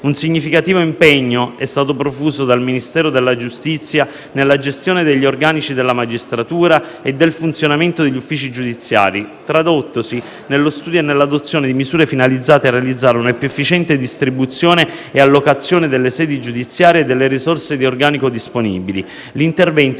Un significativo impegno è stato profuso dal Ministero della giustizia nella gestione degli organici della magistratura e del funzionamento degli uffici giudiziari tradottosi nello studio e nell'adozione di misure finalizzate a realizzare una più efficiente distribuzione e allocazione nelle sedi giudiziarie delle risorse di organico disponibili. L'intervento